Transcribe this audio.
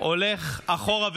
כולם הוזמנו,